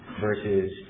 versus